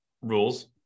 rules